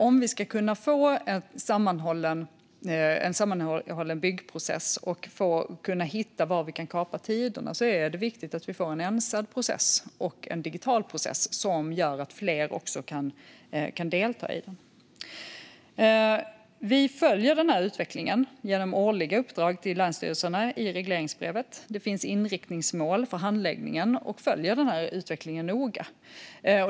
Om vi ska kunna få en sammanhållen byggprocess och hitta möjligheter att kapa tiderna är det viktigt att vi får en ensad, digital process, som gör att fler kan delta. Vi följer denna utveckling genom årliga uppdrag till länsstyrelserna i regleringsbrevet. Det finns inriktningsmål för handläggningen. Vi följer utvecklingen noga.